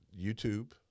YouTube